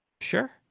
Sure